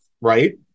right